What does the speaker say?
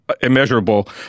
immeasurable